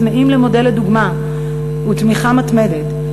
הצמאים למודל לדוגמה ולתמיכה מתמדת,